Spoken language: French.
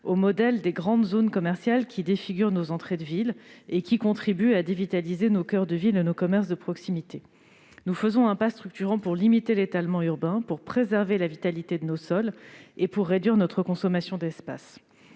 au modèle des grandes zones commerciales, qui défigurent nos entrées de ville et contribuent à dévitaliser nos coeurs de ville et nos commerces de proximité. Nous faisons un pas décisif pour limiter l'étalement urbain, préserver la vitalité de nos sols et réduire notre consommation d'espace.